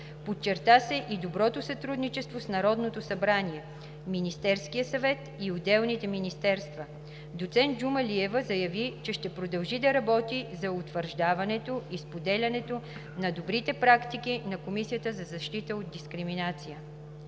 Подчерта се и доброто сътрудничество с Народното събрание, Министерския съвет и отделните министерства. Доцент Джумалиева заяви, че ще продължи да работи за утвърждаването и споделянето на добрите практики на Комисията за защита от дискриминация.